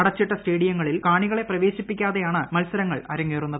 അടച്ചിട്ട സ്റ്റേഡിയങ്ങളിൽ കാണികളെ പ്രവേശിപ്പിക്കാതെയാണ് മത്സരങ്ങൾ അരങ്ങേറുന്നത്